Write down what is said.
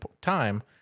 time